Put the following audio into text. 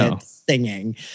singing